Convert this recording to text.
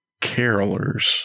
carolers